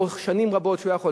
לאורך שנים רבות כשהוא היה חולה,